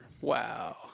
Wow